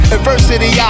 Adversity